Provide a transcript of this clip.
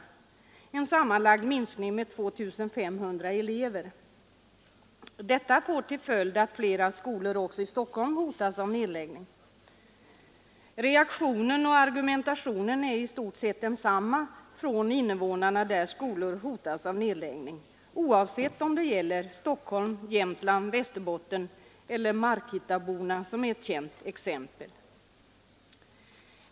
Detta gör en sammanlagd minskning med ca 2 500 elever, vilket får till följd att flera skolor också i Stockholm hotas av nedläggning. Reaktionen och argumentationen från invånarna i de kommuner där skolor hotas av nedläggning är i stort sett densamma oavsett om det gäller Stockholm, Jämtland, Västerbotten eller Markitta, som är ett känt exempel.